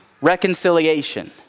Reconciliation